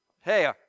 hey